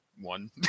one